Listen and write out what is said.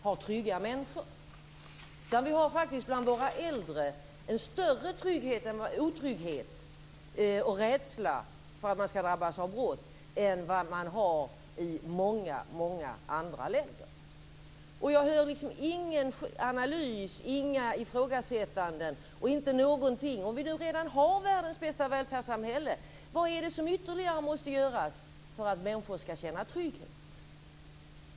Hos våra äldre finns det faktiskt en större otrygghet och rädsla för att man ska drabbas av brott än det finns hos äldre i många andra länder. Jag hör ingen analys och inga ifrågasättanden. Om vi nu redan har världens bästa välfärdssamhälle, vad är det som ytterligare måste göras för att människor ska känna trygghet?